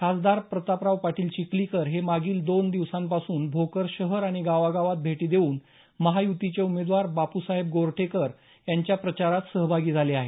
खासदार प्रतापराव पाटील चिखलीकर हे मागील दोन दिवसापासून भोकर शहर आणि गावागावात भेटी देऊन महाय्तीचे उमेदवार बाप्साहेब गोरठेकर यांच्या प्रचारात सहभागी झाले आहेत